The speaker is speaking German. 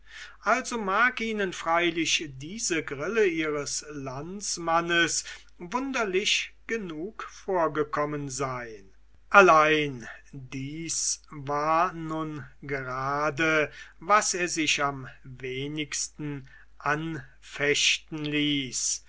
also mag ihnen freilich diese grille ihres landsmannes wunderlich genug vorgekommen sein allein dies war nun gerade was er sich am wenigsten anfechten ließ